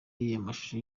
amashusho